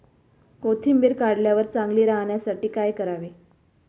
कोथिंबीर काढल्यावर चांगली राहण्यासाठी काय करावे?